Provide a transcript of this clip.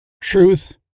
truth